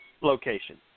location